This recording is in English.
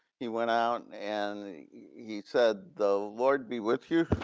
he went out and he said, the lord be with you.